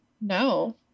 No